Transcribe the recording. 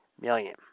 million